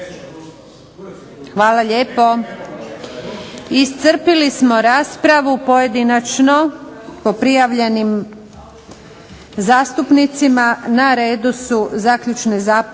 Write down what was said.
Hvala lijepo. Iscrpili smo raspravu pojedinačno po prijavljenim zastupnicima. Na redu su zaključne rasprave